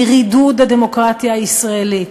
היא רידוד הדמוקרטיה הישראלית.